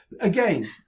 again